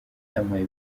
yampaye